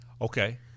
Okay